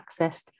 accessed